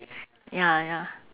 ya ya